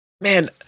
Man